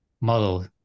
model